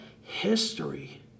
history